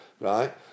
right